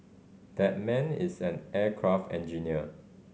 that man is an aircraft engineer